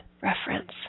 reference